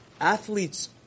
Athletes